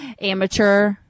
amateur